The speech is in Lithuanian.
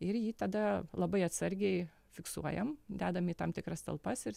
ir jį tada labai atsargiai fiksuojam dedam į tam tikras talpas ir